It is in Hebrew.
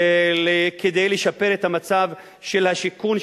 כדי לשפר את המצב של השיכון,